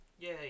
Yay